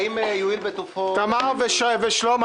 האם יואיל בטובו --- תמר ושלמה,